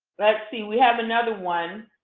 let's see, we have another one.